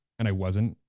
and i wasn't.